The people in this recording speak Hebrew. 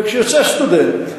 כשיוצא סטודנט,